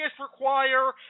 require